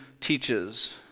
teaches